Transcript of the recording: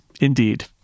indeed